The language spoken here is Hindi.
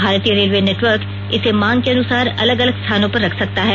भारतीय रेलवे नेटवर्क इसे मांग के अनुसार अलग अलग स्थानों पर रख सकता है